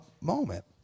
moment